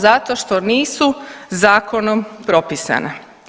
Zato što nisu zakonom propisana.